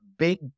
big